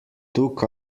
took